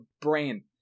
brain